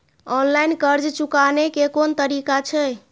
Online कर्ज चुकाने के कोन तरीका छै?